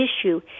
issue